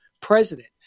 president